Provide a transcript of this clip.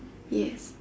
yes